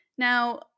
Now